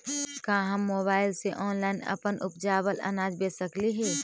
का हम मोबाईल से ऑनलाइन अपन उपजावल अनाज बेच सकली हे?